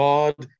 God